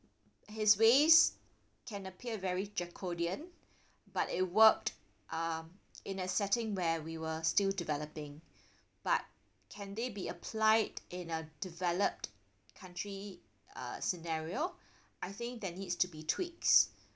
his ways can appear very dracodian but it worked um in a setting where we were still developing but can they be applied in a developed country uh scenario I think there needs to be tweaks